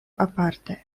aparte